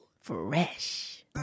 Fresh